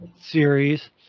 series